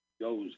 goes